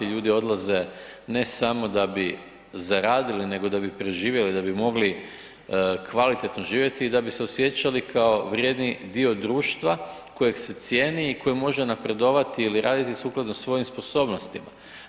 Ljudi odlaze ne samo da bi zaradili nego da bi preživjeli, da bi mogli kvalitetno živjeti i da bi se osjećali kao vrijedni dio društva kojeg se cijeni i koji može napredovati ili raditi sukladno svojim sposobnostima.